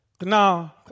Now